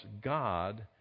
God